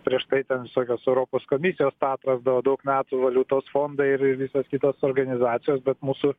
prieš tai ten visokios europos komisijos tą atrasdavo daug metų valiutos fondai ir ir visos kitos organizacijos bet mūsų